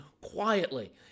quietly